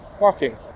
walking